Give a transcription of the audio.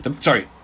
Sorry